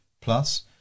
Plus